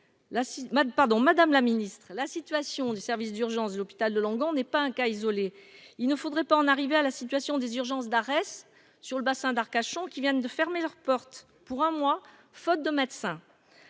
Madame la Ministre, la situation des services d'urgences de l'hôpital de Langon, on n'est pas un cas isolé, il ne faudrait pas en arriver à la situation des urgences d'Arese sur le bassin d'Arcachon, qui viennent de fermer leurs portes pour un mois, faute de médecins